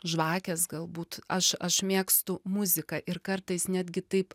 žvakes galbūt aš aš mėgstu muziką ir kartais netgi taip